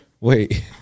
Wait